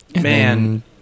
man